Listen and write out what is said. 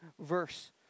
verse